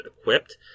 equipped